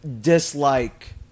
dislike